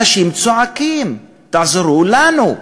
אנשים צועקים: תעזרו לנו.